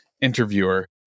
interviewer